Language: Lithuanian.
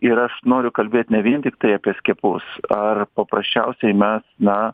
ir aš noriu kalbėt ne vien tiktai apie skiepus ar paprasčiausiai mes na